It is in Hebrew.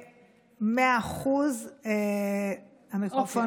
שמענו, הקשבנו, עכשיו תורו להשיב.